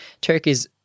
Turkey's